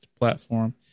platform